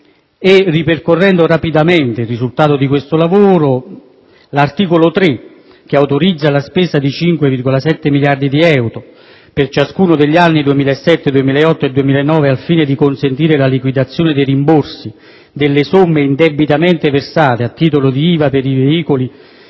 Ripercorrendo rapidamente il risultato di questo lavoro, vorrei anche sottolineare che l'articolo 3 autorizza la spesa di 5,7 miliardi di euro per ciascuno degli anni 2007, 2008 e 2009, al fine di consentire la liquidazione dei rimborsi delle somme indebitamente versate a titolo di IVA per i veicoli